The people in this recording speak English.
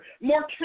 more